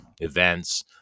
events